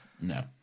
No